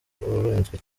urinzwe